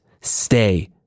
Stay